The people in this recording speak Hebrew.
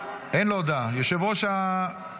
יושב-ראש הקואליציה